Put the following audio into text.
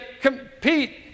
compete